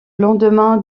lendemain